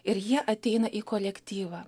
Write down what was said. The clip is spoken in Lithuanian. ir jie ateina į kolektyvą